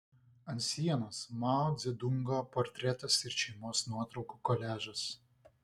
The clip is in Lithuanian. ant sienos mao dzedungo portretas ir šeimos nuotraukų koliažas